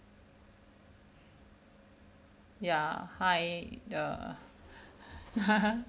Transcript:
ya hi uh